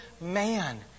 man